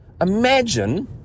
Imagine